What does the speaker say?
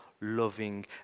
loving